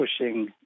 pushing